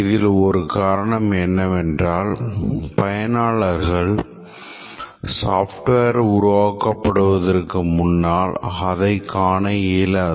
அதில் ஒரு காரணம் என்னவென்றால் பயனாளர்கள் software உருவாக்கப்படுவதற்கு முன்னால் அதை காண இயலாது